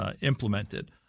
implemented